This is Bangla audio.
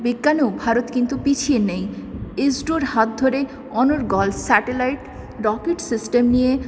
বিজ্ঞানেও ভারত কিন্তু পিছিয়ে নেই ইসরোর হাত ধরে অনর্গল স্যাটালাইট রকেট সিস্টেম নিয়ে